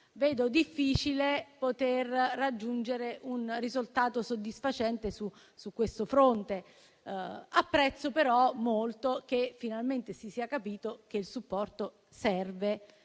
ritengo difficile poter raggiungere un risultato soddisfacente su questo fronte. Apprezzo però molto che finalmente si sia capito che il supporto